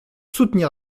soutenir